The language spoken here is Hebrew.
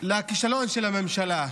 הכישלון של הממשלה,